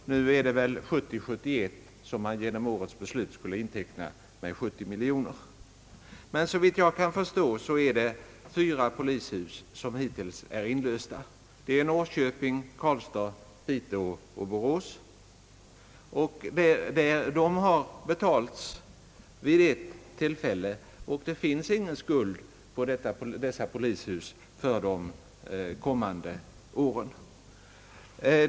Nu är det väl budgetåret 1970/71 som man genom årets beslut skulle inteckna med 20 miljoner kronor. Men såvitt jag kan förstå är det fyra polishus som hittills är inlösta: Norrköping, Karlstad, Piteå och Borås. Dessa polishus har betalats i sin helhet vid ett tillfälle, och det finns ingen skuld för de kommande åren.